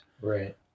right